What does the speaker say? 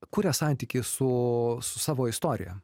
kuria santykį su su savo istorija